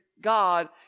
God